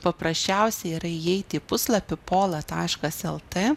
paprasčiausia yra įeiti į puslapį pola taškas lt